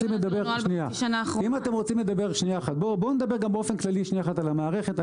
בואו נדבר באופן כללי על המערכת.